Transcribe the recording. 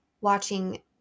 watching